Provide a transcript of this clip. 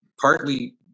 partly